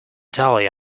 dahlia